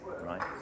right